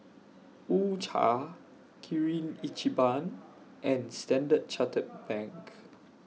U Cha Kirin Ichiban and Standard Chartered Bank